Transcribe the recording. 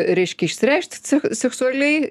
reiškia išsireikšt sek seksualiai